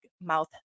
Mouth